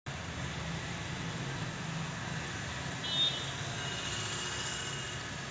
बिमा काढाचे टायमाले मले कोंते कागद लागन?